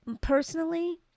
personally